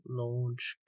Launch